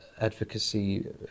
advocacy